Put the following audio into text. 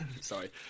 Sorry